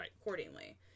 accordingly